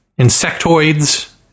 Insectoids